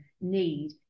need